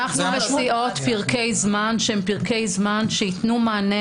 אנחנו מציעות פרקי זמן שהם פרקי זמן שייתנו מענה